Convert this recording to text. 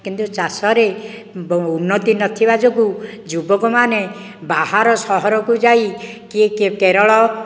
କିନ୍ତୁ ଚାଷରେ ବ ଉନ୍ନତି ନଥିବା ଯୋଗୁଁ ଯୁବକମାନେ ବାହାର ସହରକୁ ଯାଇ କିଏ କେରଳ